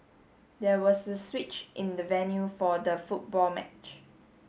there was a switch in the venue for the football match